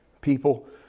People